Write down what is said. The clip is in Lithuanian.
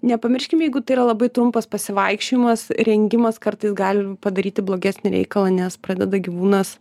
nepamirškim jeigu tai yra labai trumpas pasivaikščiojimas rengimas kartais gali padaryti blogesnį reikalą nes pradeda gyvūnas